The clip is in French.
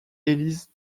élise